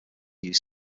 use